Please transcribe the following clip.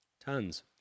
Tons